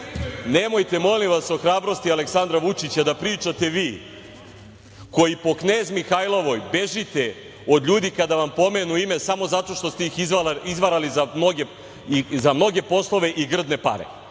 nemojte molim vas o hrabrosti Aleksandra Vučića da pričate vi koji po Knez Mihajlovoj bežite od ljudi kada vam pomenu ime samo zato što ste ih izvarali da mnoge poslove i grdne pare.